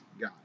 guy